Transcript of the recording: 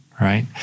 right